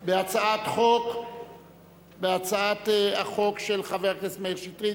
על הצעת החוק של חבר הכנסת מאיר שטרית,